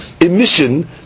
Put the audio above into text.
emission